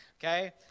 Okay